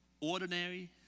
ordinary